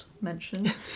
mentioned